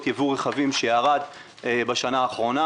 בעקבות יבוא רכבים שירד בשנה האחרונה.